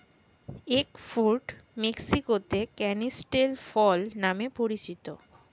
egg fruit মেক্সিকোতে canistel ফল নামে পরিচিত